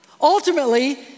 Ultimately